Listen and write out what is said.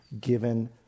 given